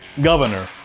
governor